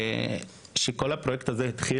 כשכל הפרויקט הזה התחיל,